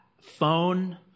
phone